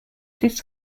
this